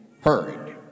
heard